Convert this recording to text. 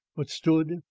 but stood,